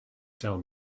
tell